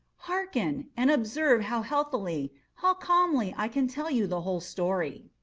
hearken! and observe how healthily how calmly i can tell you the whole story.